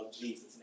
Jesus